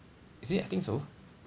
is it I think so